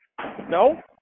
No